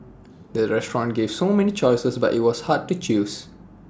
the restaurant gave so many choices but IT was hard to choose